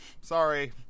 Sorry